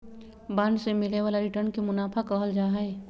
bond से मिले वाला रिटर्न के मुनाफा कहल जाहई